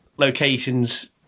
Locations